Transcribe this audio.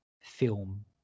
film